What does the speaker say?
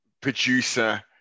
producer